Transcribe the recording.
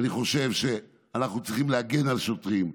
אני חושב שאנחנו צריכים להגן על שוטרים,